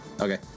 Okay